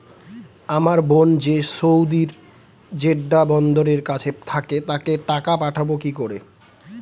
আমার বোন যে সৌদির জেড্ডা বন্দরের কাছে থাকে তাকে টাকা পাঠাবো কি করে?